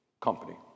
company